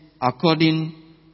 according